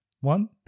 one